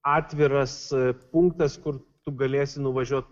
atviras punktas kur tu galėsi nuvažiuot